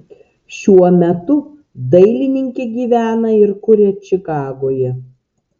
šiuo metu dailininkė gyvena ir kuria čikagoje